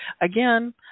again